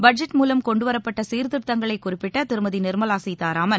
budget மூலம் கொண்டுவரப்பட்ட சீர்திருத்தங்களை குறிப்பிட்ட திருமதி நிர்மலா சீத்தாராமன்